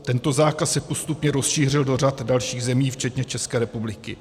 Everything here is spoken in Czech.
Tento zákaz se postupně rozšířil do řady dalších zemí včetně České republiky.